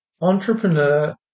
entrepreneur